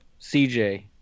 CJ